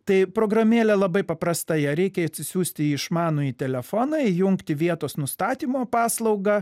tai programėlė labai paprasta ją reikia atsisiųsti į išmanųjį telefoną įjungti vietos nustatymo paslaugą